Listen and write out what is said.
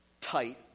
tight